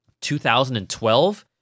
2012